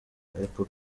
apple